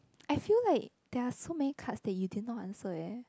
I feel like there are so many cards that you did not answer eh